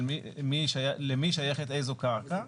למי שייכת איזו קרקע,